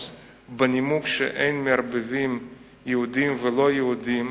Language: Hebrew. בנימוק שאין מערבבים יהודים ולא יהודים,